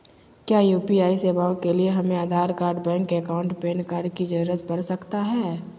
क्या यू.पी.आई सेवाएं के लिए हमें Aadhaar card bank account PAN card की जरूरत पड़ सकता है?